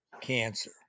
cancer